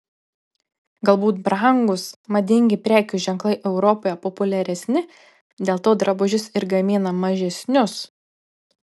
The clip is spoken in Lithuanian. galbūt brangūs madingi prekių ženklai europoje populiaresni dėl to drabužius ir gamina mažesnius